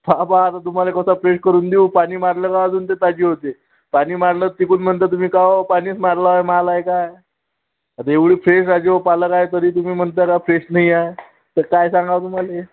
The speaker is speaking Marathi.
हा पहा आता तुम्हाला कसा फ्रेश करून देऊ पाणी मारलं अजून तर ते ताजी होते पाणी मारलं तिकडून म्हणता तुम्ही का हो पाणीच मारलेला माल आहे का आता एवढी फ्रेश राजेहो पालक आहे तरी तुम्ही म्हणता राव फ्रेश नाही आहे तर काय सांगावं तुम्हाला